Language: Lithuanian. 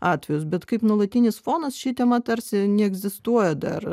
atvejus bet kaip nuolatinis fonas ši tema tarsi neegzistuoja dar